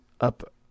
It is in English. up